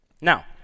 Now